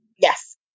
Yes